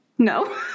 No